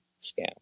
scam